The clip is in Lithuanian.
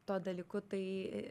tuo dalyku tai